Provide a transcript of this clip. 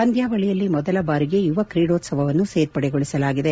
ಪಂದ್ಯಾವಳಿಯಲ್ಲಿ ಮೊದಲ ಬಾರಿಗೆ ಯುವ ಕ್ರೀಡೋತ್ಸವವನ್ನು ಸೇರ್ಪಡೆಗೊಳಿಸಲಾಗಿದೆ